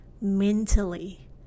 mentally